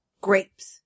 Grapes